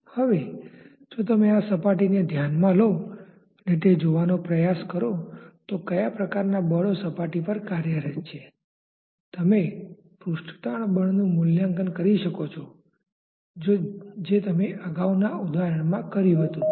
હવે જો તમે આ સપાટીને ધ્યાનમાં લો અને તે જોવાનો પ્રયાસ કરો તો કયા પ્રકારનાં બળો સપાટી પર કાર્યરત છે તમે પૃષ્ઠતાણ બળનું મૂલ્યાંકન કરી શકો છો જે તમે અગાઉના ઉદાહરણમાં કર્યું હતું